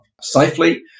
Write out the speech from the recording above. safely